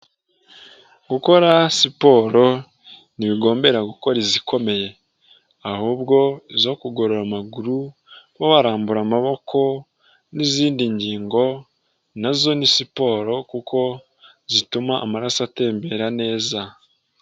Gukora siporo ntibigombera gukora izikomeye, ahubwo izo kugorora amaguru, kuba warambura amaboko n'izindi ngingo nazo ni siporo kuko zituma amaraso atembera neza.